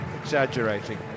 exaggerating